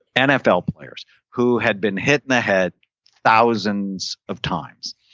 nfl players who had been hit in the head thousands of times.